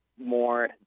more